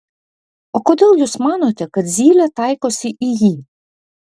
o kodėl jūs manote kad zylė taikosi į jį